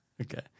Okay